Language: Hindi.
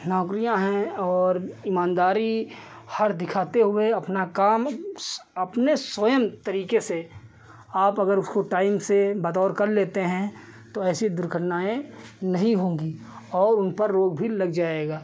नौकरियाँ हैं और ईमानदारी हर दिखाते हुए अपना काम अपने स्वयँ तरीके से आप अगर उसको टाइम से बतौर कर लेते हैं तो ऐसी दुर्घटनाएँ नहीं होंगी और उन पर रोक भी लग जाएगी